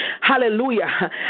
Hallelujah